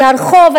כי הרחוב,